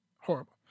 horrible